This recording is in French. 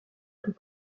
plus